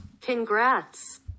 congrats